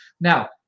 Now